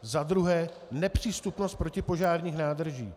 Za druhé, nepřístupnost protipožárních nádrží.